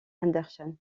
andersen